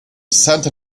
cent